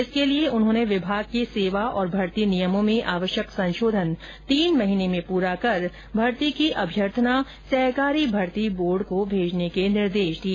इसके लिए उन्होंने विभाग के सेवा और भर्ती नियमों में आवश्यक संशोधन तीन महीने में पूरा कर भर्ती की अभ्यर्थना सहकारी भर्ती बोर्ड को भेजने के निर्देश दिए